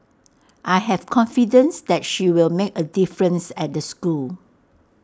I have confidence that she'll make A difference at the school